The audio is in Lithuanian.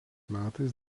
metais